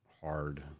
hard